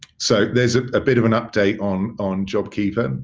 so, there's a bit of an update on on jobkeeper, and